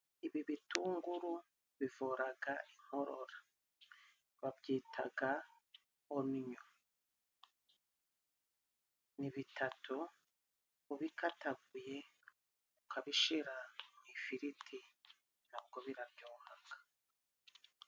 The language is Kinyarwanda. Ibi bitunguru bivuraga inkorora, babyitaga ominyo, ni bitatu ubikataguye ukabishira mu ifiriti na bwo biraryohaga